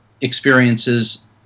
experiences